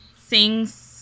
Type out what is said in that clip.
sings